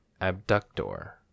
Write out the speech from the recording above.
abductor